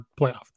playoff